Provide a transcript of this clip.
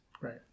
Right